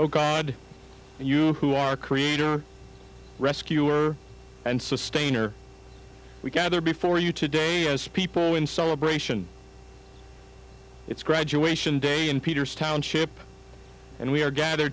oh god who our creator rescuer and sustainer we gather before you today as people in celebration it's graduation day in peter's township and we are gather